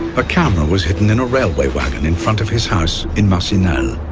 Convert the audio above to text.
a camera was hidden in a railway wagon in front of his house in macinalle.